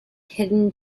hidden